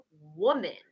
woman